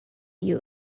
you